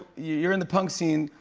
you're in the punk scene.